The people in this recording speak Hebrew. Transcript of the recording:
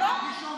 לא.